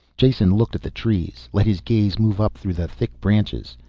jason looked at the trees, let his gaze move up through the thick branches.